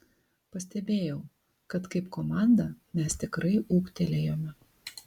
pastebėjau kad kaip komanda mes tikrai ūgtelėjome